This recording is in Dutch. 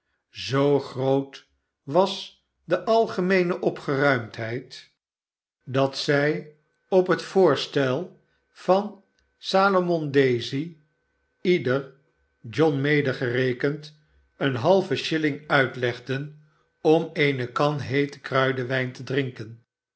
zoo groot was de algemeene opgeruimdheid barnaby rudge gespannen verwachting dat zij op het voorstel van salomon daisy ieder john medegerekend een halven shilling uitlegden om eene kan heeten krmdenwijn te drinken